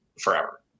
forever